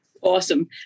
Awesome